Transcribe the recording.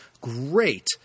Great